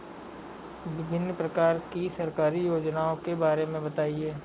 विभिन्न प्रकार की सरकारी योजनाओं के बारे में बताइए?